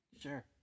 Sure